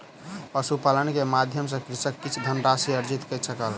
पशुपालन के माध्यम सॅ कृषक किछ धनराशि अर्जित कय सकल